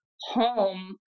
home